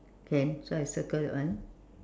can so I circle that one